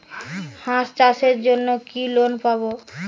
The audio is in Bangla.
হাঁস চাষের জন্য কি লোন পাব?